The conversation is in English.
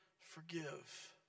Forgive